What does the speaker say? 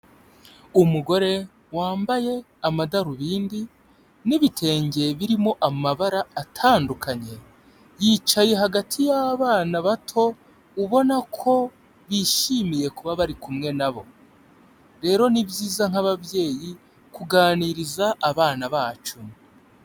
Umugore wambaye amadarubindi n'ibitenge birimo amabara atandukanye. Yicaye hagati y'abana bato ubona ko bishimiye kuba bari kumwe nabo. Rero ni byiza nk'ababyeyi kuganiriza abana bacu.